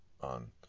on